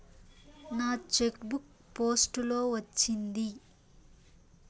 నా cheque book post లో వచ్చింది